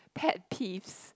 pet peeves